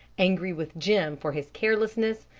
angry with jim for his carelessness,